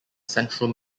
central